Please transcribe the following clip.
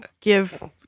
give